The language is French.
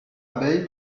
abeille